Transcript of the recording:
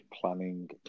planning